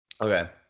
Okay